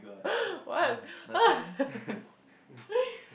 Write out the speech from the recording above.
what